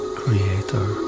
creator